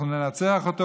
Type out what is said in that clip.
אנחנו ננצח אותו,